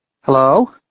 Hello